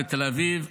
בתל אביב,